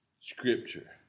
scripture